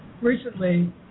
recently